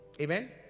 Amen